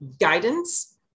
guidance